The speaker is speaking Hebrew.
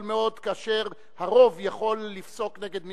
מאוד כאשר הרוב יכול לפסוק נגד מיעוט,